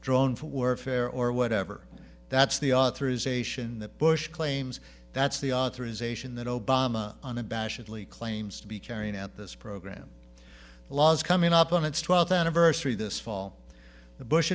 drone for warfare or whatever that's the authorization that bush claims that's the authorization that obama unabashedly claims to be carrying out this program laws coming up on its twelfth anniversary this fall the bush